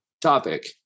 topic